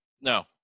No